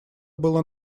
было